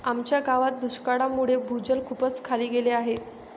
आमच्या गावात दुष्काळामुळे भूजल खूपच खाली गेले आहे